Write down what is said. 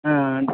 ஆ ஆ